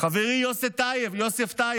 חברי יוסף טייב,